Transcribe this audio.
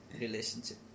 Relationship